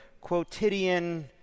quotidian